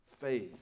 Faith